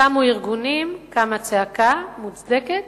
קמו ארגונים, קמה צעקה מוצדקת,